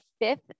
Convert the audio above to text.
fifth